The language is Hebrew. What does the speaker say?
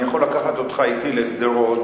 אני יכול לקחת אותך אתי לשדרות,